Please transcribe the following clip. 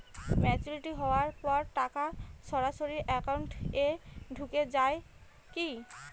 Maturity হওয়ার পর টাকা সরাসরি একাউন্ট এ ঢুকে য়ায় কি?